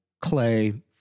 clay